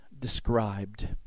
described